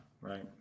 right